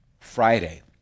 Friday